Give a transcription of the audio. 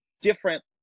different